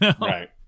right